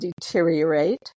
deteriorate